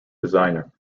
designer